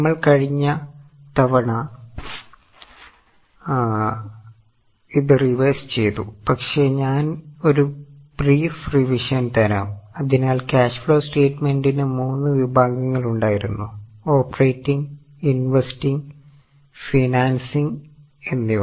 നമ്മൾ കഴിഞ്ഞ തവണ ഇത് റിവൈസ് ചെയ്തു പക്ഷേ ഞാൻ ഒരു ബ്രീഫ് റിവിഷൻ എന്നിവ